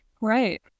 Right